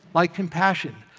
like compassion,